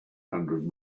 hundred